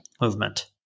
movement